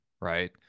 right